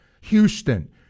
Houston